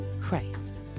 Christ